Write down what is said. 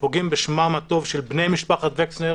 שפוגעות בשמם הטוב של בני משפחת וקסנר